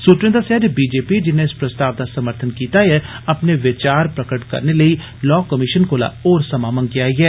सूत्रे दस्सेया जे बीजेपी जिन्ने इस प्रस्ताव दा समर्थन कीता ऐ अपने विचार प्रग करने लेई लॉ कमीशन कोला होर संजा मंगेआ ऐ